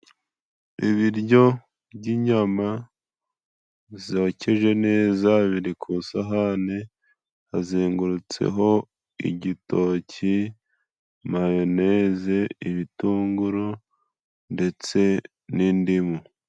Ibiryo by'inyama zokeje neza，biri ku isahani hazengurutseho igitoki， mayoneze ，ibitunguru ndetse n'indimu.